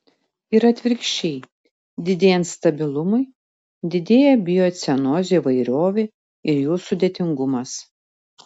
ir atvirkščiai didėjant stabilumui didėja biocenozių įvairovė ir jų sudėtingumas